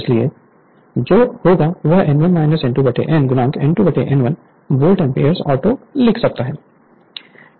इसलिए जो होगा वह N1 N2N2 N2N1 volt ampere auto लिख सकता है